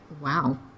Wow